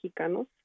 mexicanos